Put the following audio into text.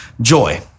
joy